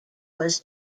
was